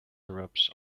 erupts